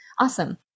Awesome